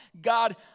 God